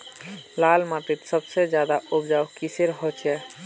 लाल माटित सबसे ज्यादा उपजाऊ किसेर होचए?